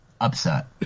upset